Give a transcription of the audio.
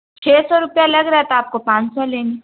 چھ سو روپیہ لگ رہا تھا آپ کو پانچ سو لیں گے